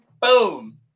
Boom